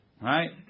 Right